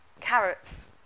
carrots